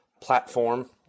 platform